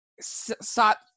sought